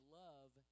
love